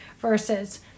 versus